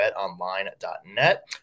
BetOnline.net